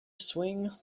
swing